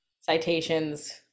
citations